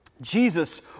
Jesus